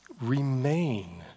remain